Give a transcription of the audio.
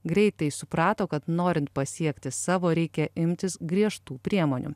greitai suprato kad norint pasiekti savo reikia imtis griežtų priemonių